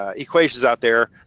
ah equations out there,